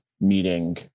meeting